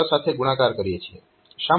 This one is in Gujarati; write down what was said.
60 સાથે ગુણાકાર કરીએ છીએ